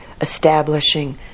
establishing